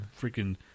Freaking